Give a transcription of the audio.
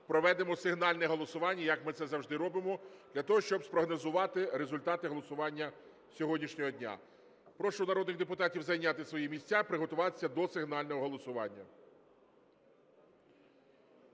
проведемо сигнальне голосування, як ми це завжди робимо, для того, щоб спрогнозувати результати голосування сьогоднішнього дня. Прошу народних депутатів зайняти свої місця, приготуватись до сигнального голосування.